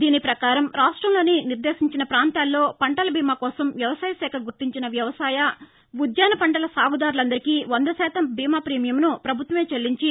దీని పకారం రాష్టంలోని నిర్దేశించిన పాంతాల్లో పంటల బీమా కోసం వ్యవసాయ శాఖ గుర్తించిన వ్యవసాయ ఉద్యాన పంటల సాగు దారులందరికీ వంద శాతం బీమా ప్రీమియంను ప్రభుత్వమే చెల్లించి